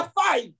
five